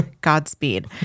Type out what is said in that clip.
godspeed